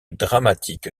dramatique